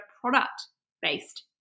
product-based